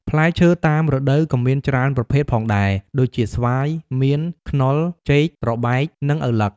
ផ្លែឈើតាមរដូវក៏មានច្រើនប្រភេទផងដែរ ដូចជា ស្វាយ មៀន ខ្នុរ ចេក ត្របែក និងឪឡឹក។